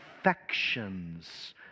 affections